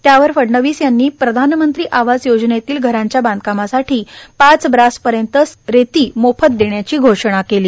त्यावर फडणवीस यांनी प्रधानमंत्री आवास योजनेतील घरांच्या बांधकामासाठी पाच ब्रासपर्यंत रेती मोफत देण्याची घोषणा केली